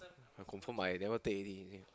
I confirm I never take already